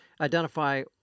identify